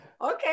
Okay